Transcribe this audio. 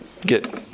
get